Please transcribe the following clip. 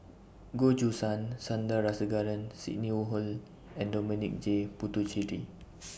Goh Choo San Sandrasegaran Sidney Woodhull and Dominic J Puthucheary